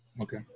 Okay